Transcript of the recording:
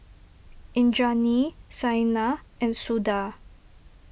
Indranee Saina and Suda